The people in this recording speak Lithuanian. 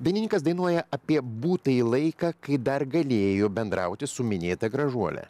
dainininkas dainuoja apie būtąjį laiką kai dar galėjo bendrauti su minėta gražuole